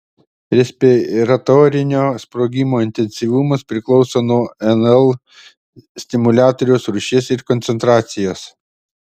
respiratorinio sprogimo intensyvumas priklauso nuo nl stimuliatoriaus rūšies ir koncentracijos